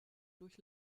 durch